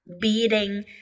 beating